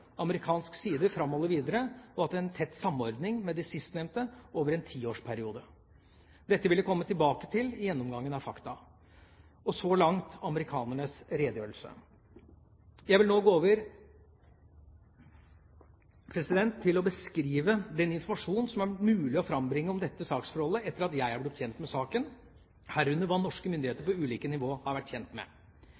Amerikansk side framholder videre å ha hatt en tett samordning med de sistnevnte over en tiårsperiode. Dette vil jeg komme tilbake til i gjennomgangen av fakta. Så langt amerikanernes redegjørelse. Jeg vil nå gå over til å beskrive den informasjon som har vært mulig å frambringe om dette saksforholdet etter at jeg er blitt kjent med saken, herunder hva norske myndigheter